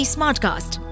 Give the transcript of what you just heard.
Smartcast